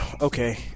Okay